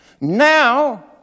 Now